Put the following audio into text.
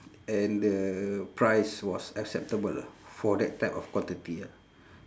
and the price was acceptable ah for that type of quantity ah